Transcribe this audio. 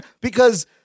Because-